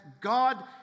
God